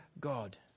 God